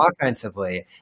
offensively